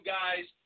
guys